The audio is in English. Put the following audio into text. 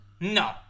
No